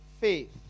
faith